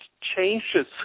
changes